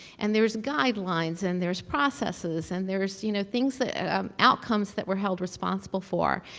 and there's guidelines and there's processes and, there's, you know, things that um outcomes that we're held responsible for.